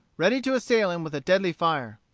ready to assail him with a deadly fire.